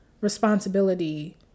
responsibility